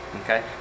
okay